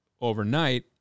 overnight